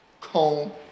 comb